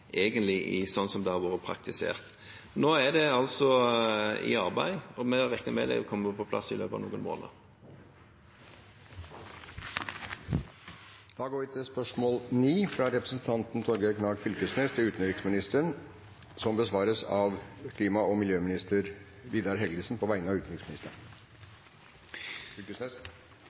det har vært praktisert. Nå er det i arbeid, og vi regner med at det vil komme på plass i løpet av noen måneder. Da går vi tilbake til spørsmål 9. Dette spørsmålet, fra representanten Torgeir Knag Fylkesnes til utenriksministeren, vil bli besvart av klima- og miljøminister Vidar Helgesen på vegne av utenriksministeren,